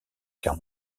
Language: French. guerre